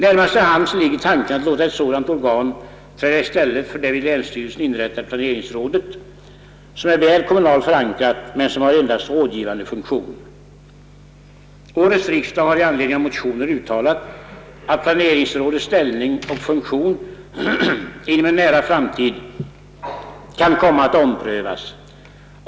Närmast till hands ligger tanken att låta ett sådant organ träda i stället för det vid länsstyrelsen inrättade planeringsrådet, som är väl kommunalt förankrat men som har endast rådgivande funktion. Årets riksdag har i anledning av motioner uttalat, att planeringsrådets ställning och funktion inom en nära framtid kan komma att omprövas.